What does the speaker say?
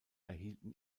erhielten